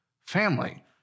family